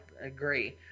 agree